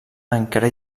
encara